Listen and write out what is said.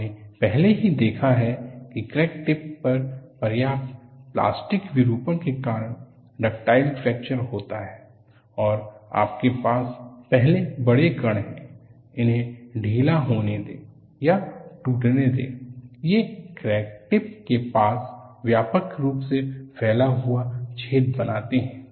हमने पहले ही देखा है कि क्रैकटिप पर पर्याप्त प्लास्टिक विरूपण के कारण डक्टाइल फ्रैक्चर होता है और आपके पास पहले बड़े कण है उन्हे ढीला होने दे या टूटने दें ये क्रैकटिप के पास व्यापक रूप से फैला हुआ छेद बनाते हैं